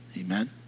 Amen